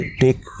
take